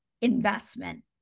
investment